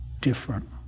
different